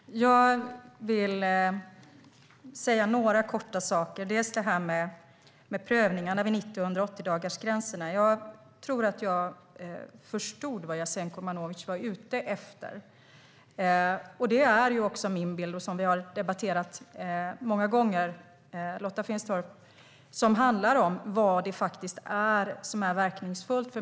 Fru talman! Jag vill säga några korta saker. När det gäller det här med prövningarna vid 90 och 180-dagarsgränserna tror jag att jag förstod vad Jasenko Omanovic var ute efter, och det är också min bild. Vi har debatterat detta många gånger, Lotta Finstorp. Det handlar om vad som faktiskt är verkningsfullt.